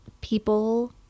people